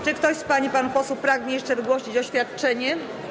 Czy ktoś z pań i panów posłów pragnie jeszcze wygłosić oświadczenie?